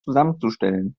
zusammenzustellen